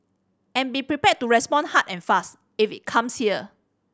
and be prepared to respond hard and fast if it comes here